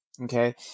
okay